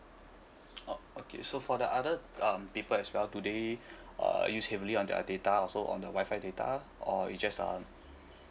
oh okay so for the other um people as well do they uh use heavily on their data also on the Wi-Fi data or it's just uh